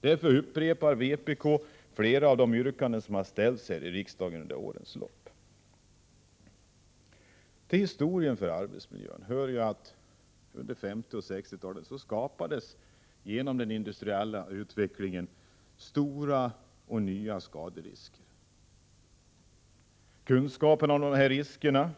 Vi upprepar i reservationerna flera av de yrkanden som vi under årens lopp har framställt här i riksdagen. Om vi ser tillbaka kan vi när det gäller arbetsmiljöfrågorna konstatera att det under 1950 och 1960-talen uppstod nya, stora skaderisker på grund av den industriella utvecklingen. Kunskapen om dessa risker